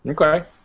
okay